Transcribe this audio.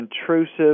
intrusive